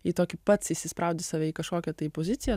į tokį pats įsispraudi save į kažkokią tai poziciją